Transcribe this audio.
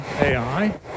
AI